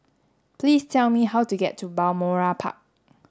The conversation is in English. please tell me how to get to Balmoral Park